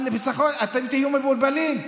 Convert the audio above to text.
אתם תהיו מבולבלים,